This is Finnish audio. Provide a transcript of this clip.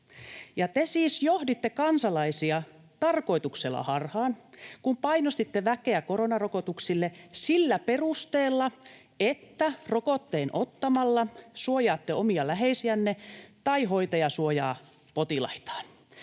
Te siis johditte kansalaisia tarkoituksella harhaan, kun painostitte väkeä koronarokotuksiin sillä perusteella, että rokotteen ottamalla suojaa omia läheisiään tai hoitaja suojaa potilaitaan.